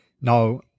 Now